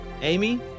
Amy